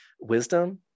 wisdom